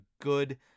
good